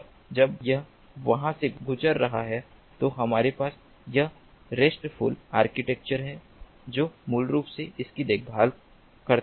और जब यह वहां से गुजर रहा है तो हमारे पास यह रेस्टफुल आर्किटेक्चर है जो मूल रूप से इसकी देखभाल करता है